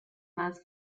más